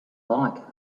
like